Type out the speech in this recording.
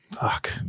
Fuck